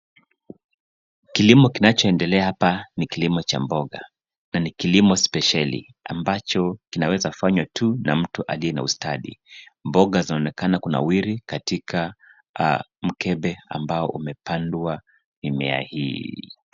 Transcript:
Kilimo kinachoendelea hapa ni kilimo cha mboga na ni kilimo spesheli ambacho kinaweza fanywa tu na mtu aliye na ustadi. Mboga zinaonekana kunawiri katika mkebe ambao umepandwa mimea hii.